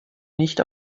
nicht